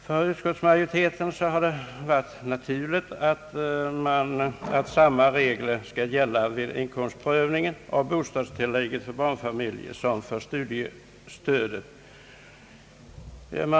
För utskottsmajoriteten har det varit naturligt att samma regler skall gälla vid inkomstprövning av bostadstillägget för barnfamiljer som för studiestödet.